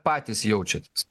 patys jaučiatės